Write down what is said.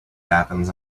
happens